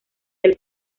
del